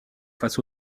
face